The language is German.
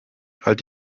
halt